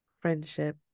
friendship